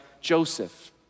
Joseph